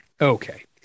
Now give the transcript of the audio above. Okay